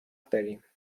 داریم